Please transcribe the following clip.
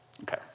Okay